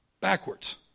backwards